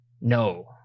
No